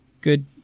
Good